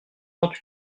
trente